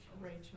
Rachel